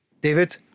David